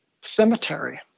Cemetery